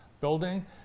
building